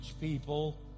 people